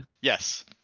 Yes